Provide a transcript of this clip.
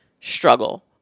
struggle